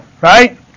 Right